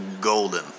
golden